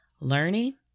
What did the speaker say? Learning